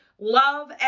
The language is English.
love